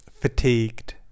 fatigued